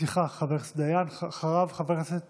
סליחה, חבר הכנסת דיין: אחריו חבר הכנסת